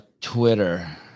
Twitter